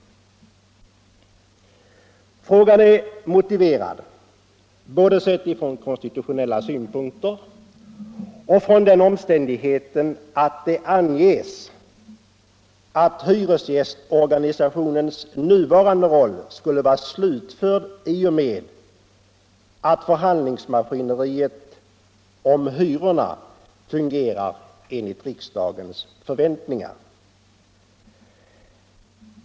Frågan är motiverad, både sedd ur konstitutionell synpunkt och med hänsyn till den omständigheten att det anges att hyresgästorganisationens nuvarande roll skulle vara slutförd i och med att förhandlingsmaskineriet om hyrorna fungerar i enlighet med riksdagens förväntningar.